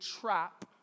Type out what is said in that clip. trap